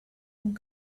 and